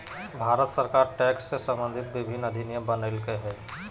भारत सरकार टैक्स से सम्बंधित विभिन्न अधिनियम बनयलकय हइ